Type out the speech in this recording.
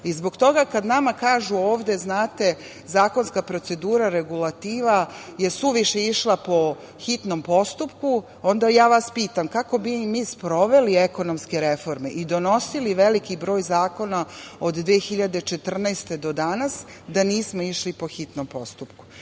toga kada nama kažu ovde – znate, zakonska procedura, regulativa je suviše išla po hitnom postupku, onda ja vas pitam – kako bi mi sproveli ekonomske reforme i donosili veliki broj zakona od 2014. godine do danas, da nismo išli po hitnom postupku? Mi